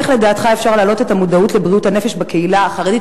איך לדעתך אפשר להעלות את המודעות לבריאות הנפש בקהילה החרדית,